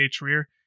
rear